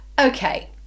okay